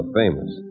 famous